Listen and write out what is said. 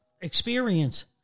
experience